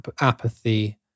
apathy